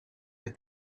the